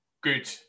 Good